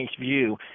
view